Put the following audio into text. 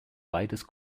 beides